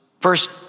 First